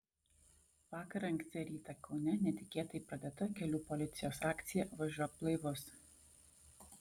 vakar anksti rytą kaune netikėtai pradėta kelių policijos akcija važiuok blaivus